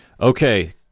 Okay